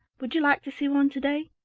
would you like to see one to-day?